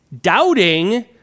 Doubting